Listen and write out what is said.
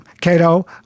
Cato